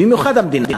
במיוחד המדינה.